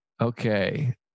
Okay